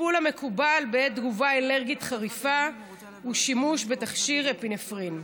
לקריאה שנייה וקריאה שלישית.